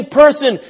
person